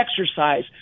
exercise